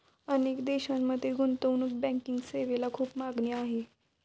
अनेक देशांमध्ये गुंतवणूक बँकिंग सेवेला खूप मागणी आहे